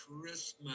Christmas